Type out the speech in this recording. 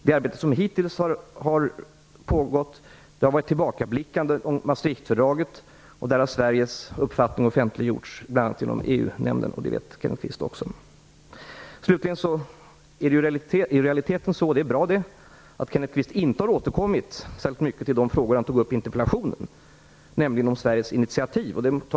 Det arbete som pågått hittills har varit tillbakablickande och gällt Maastrichtfördraget. Sveriges uppfattning har offentliggjorts bl.a. genom EU nämnden. Det vet Kenneth Kvist också. Slutligen vill jag säga att Kenneth Kvist i realiteten inte har återkommit särskilt mycket till de frågor han tog upp i interpellationen, nämligen om Sveriges initiativ. Det är bra.